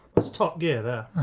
that's top gear there.